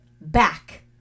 back